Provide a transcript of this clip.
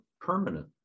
permanent